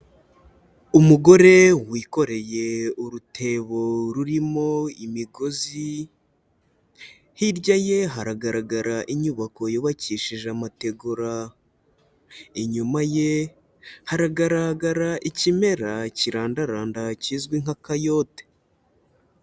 Umugore wikoreye urutebo rurimo imigozi, hirya ye haragaragara inyubako yubakishije amategura, inyuma ye haragaragara ikimera kirandaranda kizwi nka kayote.